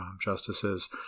justices